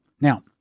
Now